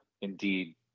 indeed